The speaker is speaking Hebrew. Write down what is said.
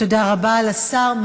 תודה רבה לשר.